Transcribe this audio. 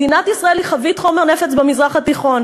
מדינת ישראל היא חבית חומר נפץ במזרח התיכון.